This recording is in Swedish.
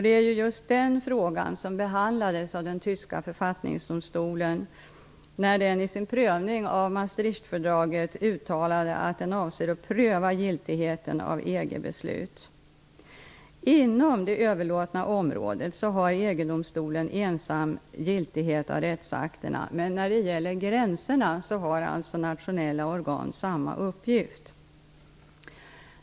Det var just den frågan som behandlades av den tyska författningsdomstolen, när den i sin prövning av Maastrichtfördraget uttalade att den avser att pröva giltigheten av EG beslut. Inom det överlåtna området har EG domstolen ensam giltighet i rättsakterna, men när det gäller gränserna har alltså nationella organ samma uppgift.